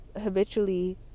habitually